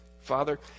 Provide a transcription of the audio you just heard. Father